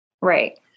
right